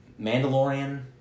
Mandalorian